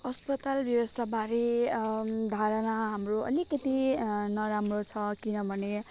अस्पताल व्यवस्थाबारे धारणा हाम्रो अलिकति नराम्रो छ किनभने